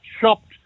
shopped